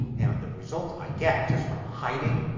and the result i get just from hiding,